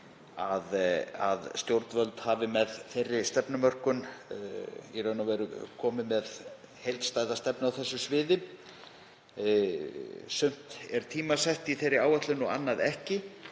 að stjórnvöld hafi með þeirri stefnumörkun komið með heildstæða stefnu á þessu sviði. Sumt er tímasett í þeirri áætlun og annað ekki.